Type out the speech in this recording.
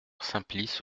simplice